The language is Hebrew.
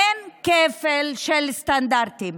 אין כפל של סטנדרטים: